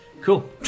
cool